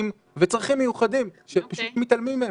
וצרכים מיוחדים שפשוט מתעלמים מהם.